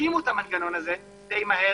הקימו את המנגנון הזה די מהר